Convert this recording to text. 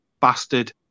bastard